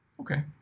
Okay